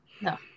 No